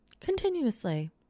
Continuously